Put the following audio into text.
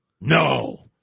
No